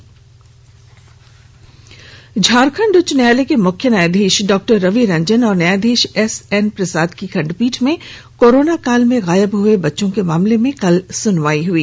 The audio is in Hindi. बच्चों की तस्करी झारखंड उच्च न्यायालय के मुख्य न्यायाधीश डॉक्टर रवि रंजन और न्यायाधीश एसएन प्रसाद की खंडपीठ में कोरोना काल में गायब हुए बच्चों के मामले में कल सुनवाई हुई